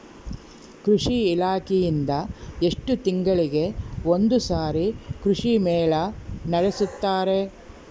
ಕೃಷಿ ಇಲಾಖೆಯಿಂದ ಎಷ್ಟು ತಿಂಗಳಿಗೆ ಒಂದುಸಾರಿ ಕೃಷಿ ಮೇಳ ನಡೆಸುತ್ತಾರೆ?